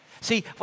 See